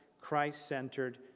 Christ-centered